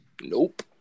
Nope